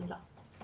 תודה.